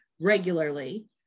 regularly